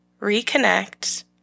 reconnect